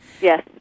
Yes